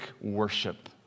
worship